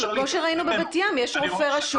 אבל כמו שראינו בבת ים יש רופא רשות